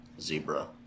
zebra